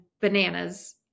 bananas